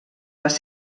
les